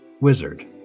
Wizard